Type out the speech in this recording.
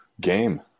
game